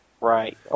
right